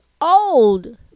old